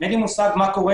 אין לי מושג מה קורה,